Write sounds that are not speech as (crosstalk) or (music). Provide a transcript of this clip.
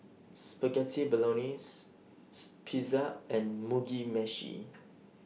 (noise) Spaghetti Bolognese (unintelligible) Pizza and Mugi Meshi (noise)